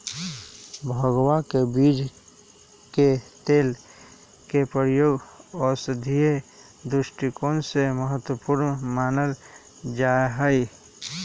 भंगवा के बीज के तेल के प्रयोग औषधीय दृष्टिकोण से महत्वपूर्ण मानल जाहई